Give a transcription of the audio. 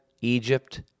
Egypt